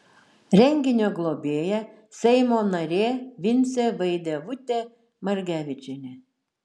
renginio globėja seimo narė vincė vaidevutė margevičienė